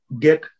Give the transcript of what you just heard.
get